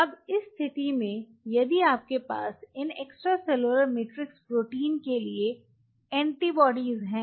अब इस स्थिति में यदि आपके पास इन एक्स्ट्रासेलुलर मैट्रिक्स प्रोटीन के लिए एंटीबॉडी है